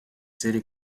city